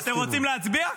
אתם רוצים להצביע?